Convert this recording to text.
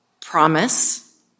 promise